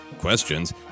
questions